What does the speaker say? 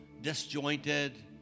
disjointed